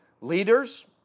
leaders